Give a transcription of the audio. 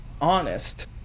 honest